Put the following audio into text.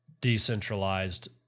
decentralized